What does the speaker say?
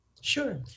Sure